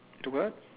the what